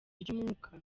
ry’umwuka